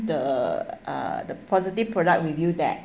the uh the positive product review that